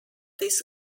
this